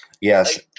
Yes